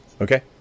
Okay